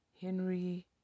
Henry